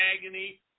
agony